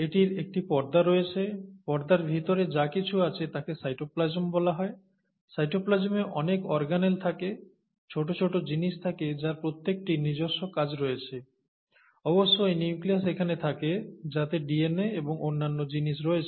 এটির একটি পর্দা রয়েছে পর্দার ভিতরে যা কিছু আছে তাকে সাইটোপ্লাজম বলা হয় সাইটোপ্লাজমে অনেক অর্গানেল থাকে ছোট ছোট জিনিস থাকে যার প্রত্যেকটির নিজস্ব কাজ রয়েছে অবশ্যই নিউক্লিয়াস এখানে থাকে যাতে ডিএনএ এবং অন্যান্য জিনিস রয়েছে